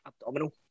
Abdominal